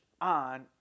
on